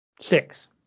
six